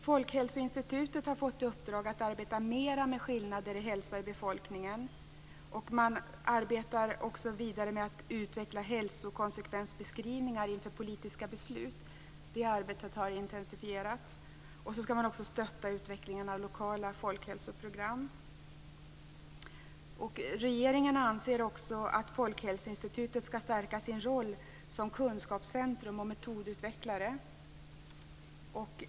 Folkhälsoinstitutet har fått i uppdrag att arbeta mer med skillnaderna i hälsa i befolkningen. Man arbetar också vidare med att utveckla hälsokonsekvensbeskrivningar inför politiska beslut. Det arbetet har intensifierats. Man skall också stötta utvecklingen av lokala folkhälsoprogram. Regeringen anser också att Folkhälsoinstitutet skall stärka sin roll som kunskapscentrum och metodutvecklare.